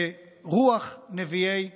ברוח נביאי ישראל.